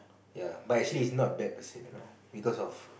ya but actually is not bad person you know because of